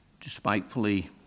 despitefully